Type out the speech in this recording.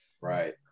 right